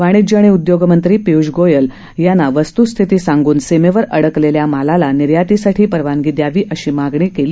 वाणिज्य आणि उदयोगमंत्री पियूष गोयल यांना वस्तूस्थिती सांगून सीमेवर अडकेल्या मालाला निर्यातीसाठी परवानगी द्यावी अशी मागणी केली